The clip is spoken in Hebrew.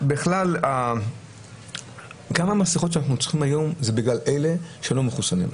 גם המסכות שאנחנו צריכים היום זה בגלל אלה שלא מחוסנים.